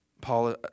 Paul